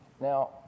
Now